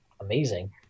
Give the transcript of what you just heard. amazing